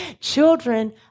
Children